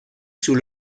sous